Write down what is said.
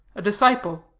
a disciple.